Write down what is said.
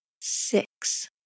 six